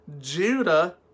Judah